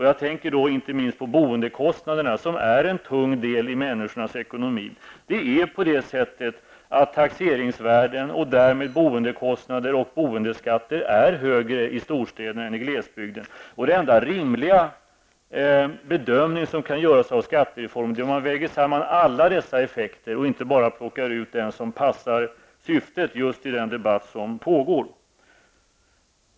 Jag tänker då inte minst på boendekostnaderna, som är en tung del i människornas ekonomi. Taxeringsvärden och därmed boendekostnader och boendeskatter är högre i storstäderna i än i glesbygden, och den enda rimliga bedömning som kan göras av skattereformen är att man väger samman alla dessa effekter och inte bara plockar ut just dem som passar syftet i den debatt som pågår.